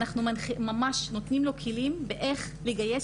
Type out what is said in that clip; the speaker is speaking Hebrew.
אנחנו ממש נותנים לו כלים איך לגייס,